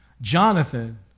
Jonathan